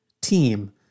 team